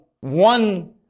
one